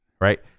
right